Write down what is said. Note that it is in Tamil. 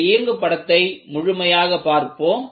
இந்த இயங்கு படத்தை முழுமையாக பார்ப்போம்